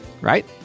Right